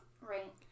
Right